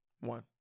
One